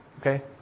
Okay